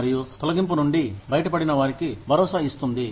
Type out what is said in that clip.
మరియు తొలగింపు నుండి బయటపడిన వారికి భరోసా ఇస్తుంది